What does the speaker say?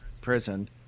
prison